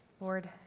Lord